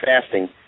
fasting